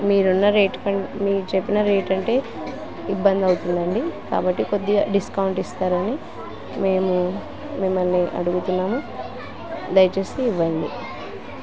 మీరున్న రేట్ క మీరు చెప్పిన రేట్ అంటే ఇబ్బందవుతుందండి కాబట్టి కొద్దిగా డిస్కౌంట్ ఇస్తారని మేము మిమ్మల్ని అడుగుతున్నాము దయచేసి ఇవ్వండి